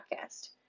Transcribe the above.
podcast